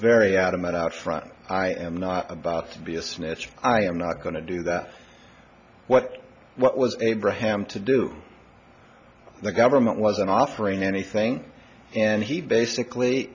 very adamant out front and not about to be a snitch i am not going to do that what what was abraham to do the government wasn't offering anything and he basically